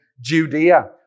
Judea